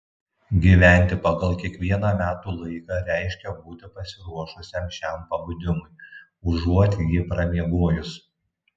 gyventi pagal kiekvieną metų laiką reiškia būti pasiruošusiam šiam pabudimui užuot jį pramiegojus